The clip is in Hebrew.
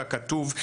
ככתוב,